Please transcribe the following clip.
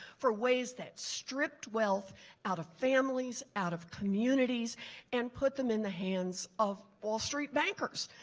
for ways that stripped wealth out of families, out of communities and put them in the hands of wall street bankers.